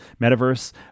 metaverse